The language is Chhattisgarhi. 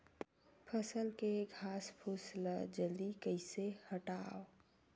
फसल के घासफुस ल जल्दी कइसे हटाव?